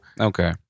Okay